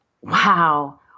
wow